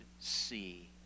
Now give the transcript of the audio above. see